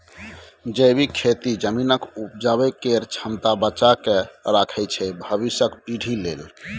जैबिक खेती जमीनक उपजाबै केर क्षमता बचा कए राखय छै भबिसक पीढ़ी लेल